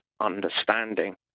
understanding